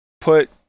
put